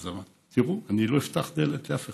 אז היא אמרה: תראו, אני לא אפתח דלת לאף אחד.